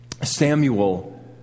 Samuel